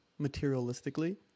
materialistically